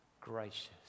gracious